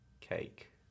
cake